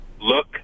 Look